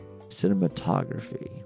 cinematography